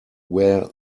where